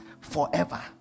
forever